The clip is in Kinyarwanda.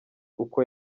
uko